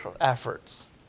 efforts